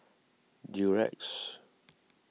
Durex